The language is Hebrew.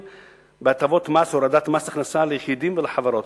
בהטבות מס ובהורדת מס הכנסה ליחידים ולחברות,